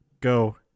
go